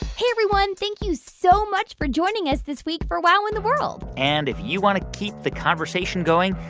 hey, everyone. thank you so much for joining us this week for wow in the world and if you want to keep the conversation going,